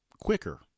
quicker